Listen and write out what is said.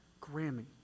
Grammy